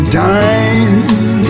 time